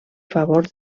favor